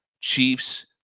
Chiefs